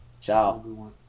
Ciao